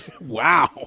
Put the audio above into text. wow